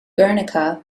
guernica